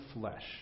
flesh